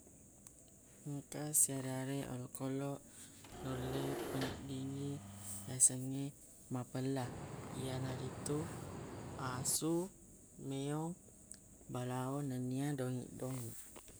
engka siareq areq olokoloq nulle peneddingngi asengnge mapella iyanaritu asu meong balao nennia dongiq dongiq